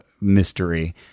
mystery